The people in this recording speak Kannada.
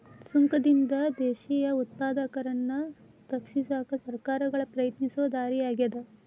ಸುಂಕದಿಂದ ದೇಶೇಯ ಉತ್ಪಾದಕರನ್ನ ರಕ್ಷಿಸಕ ಸರ್ಕಾರಗಳ ಪ್ರಯತ್ನಿಸೊ ದಾರಿ ಆಗ್ಯಾದ